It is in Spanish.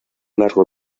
largo